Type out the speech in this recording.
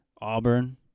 auburn